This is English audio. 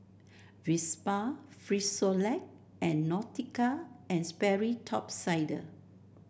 Vespa Frisolac and Nautica And Sperry Top Sider